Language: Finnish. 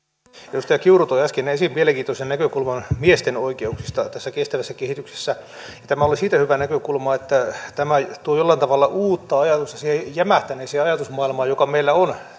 edustaja kiuru toi äsken esiin mielenkiintoisen näkökulman miesten oikeuksista tässä kestävässä kehityksessä tämä oli siitä hyvä näkökulma että tämä tuo jollain tavalla uutta ajatusta siihen jämähtäneeseen ajatusmaailmaan joka meillä on